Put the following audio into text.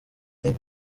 think